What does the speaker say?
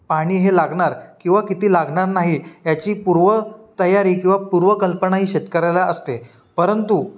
पाणी हे लागणार किंवा किती लागणार नाही याची पूर्व तयारी किंवा पूर्वकल्पना ही शेतकऱ्याला असते परंतु